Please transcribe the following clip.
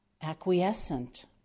acquiescent